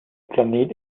planet